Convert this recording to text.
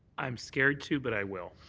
i'm scared to but i will.